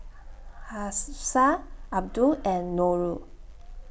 Hafsa Abdul and Nurul